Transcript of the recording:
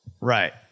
Right